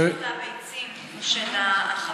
מה בקשר לביצים של ה-500,